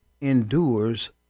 endures